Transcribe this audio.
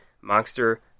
monster